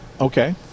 Okay